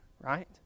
Right